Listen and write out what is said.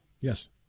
Yes